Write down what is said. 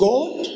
God